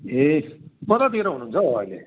ए कतातिर हुनुहुन्छ हौ अहिले